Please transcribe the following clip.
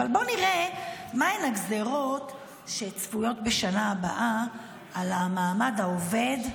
אבל בואו נראה מהן הגזרות שצפויות בשנה הבאה על המעמד העובד,